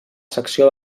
secció